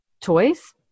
toys